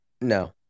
No